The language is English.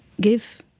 give